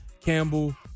Campbell